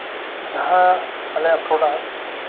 ᱡᱟᱦᱟᱸ ᱟᱞᱮ ᱯᱨᱚᱰᱟᱠᱴ